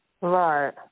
Right